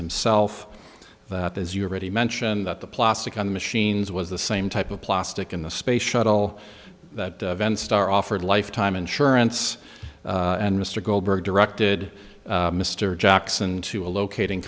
himself that is you already mentioned that the plastic on machines was the same type of plastic in the space shuttle that event star offered lifetime insurance and mr goldberg directed mr jackson to a locating